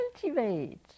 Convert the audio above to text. cultivate